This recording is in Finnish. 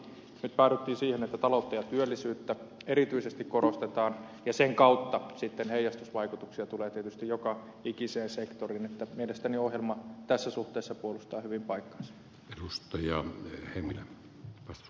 nyt päädyttiin siihen että taloutta ja työllisyyttä erityisesti korostetaan ja sen kautta sitten heijastusvaikutuksia tulee tietysti joka ikiseen sektoriin niin että mielestäni ohjelma tässä suhteessa puolustaa hyvin paikkaansa